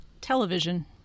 Television